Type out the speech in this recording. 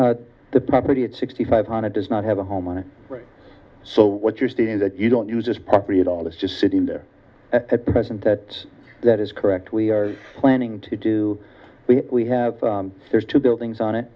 events the property at sixty five hundred does not have a home on it right so what you're seeing is that you don't use this property at all it's just sitting there at present that that is correct we are planning to do we we have there's two buildings on it